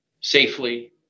safely